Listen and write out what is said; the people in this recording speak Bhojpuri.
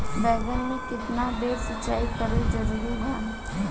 बैगन में केतना बेर सिचाई करल जरूरी बा?